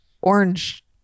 orange